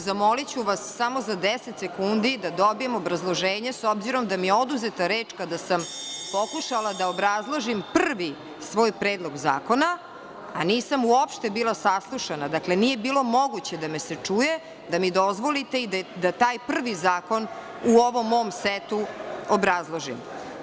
Zamoliću vas samo za deset sekundi, da dobijem obrazloženje, s obzirom da mi je oduzeta reč kada sam pokušala da obrazložim prvi svoj predlog zakona, a nisam uopšte bila saslušana, nije bilo moguće da me se čuje, da mi dozvolite da taj prvi zakon u ovom mom setu obrazložim.